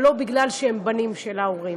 ולא כי הם בנים של ההורים.